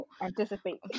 anticipate